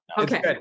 okay